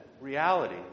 reality